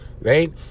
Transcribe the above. Right